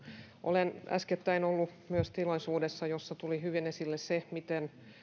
olen äskettäin ollut myös tilaisuudessa jossa tuli hyvin esille se miten